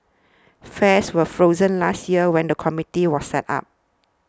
fares were frozen last year when the committee was set up